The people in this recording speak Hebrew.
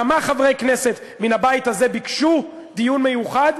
כמה חברי כנסת מן הבית הזה ביקשו דיון מיוחד?